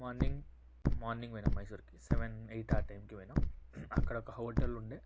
morning morning పోయినాం మైసూర్కి seven eight టైంకి పోయినాం అక్కడ ఒక హోటల్ ఉండే